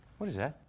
what is that?